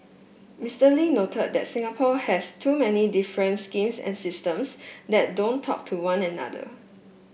Mister Lee noted that Singapore has too many different schemes and systems that don't talk to one another